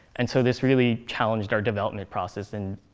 and so this really challenged our development process and